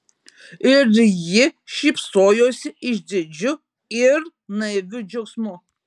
ir ji šypsojosi išdidžiu ir naiviu džiaugsmu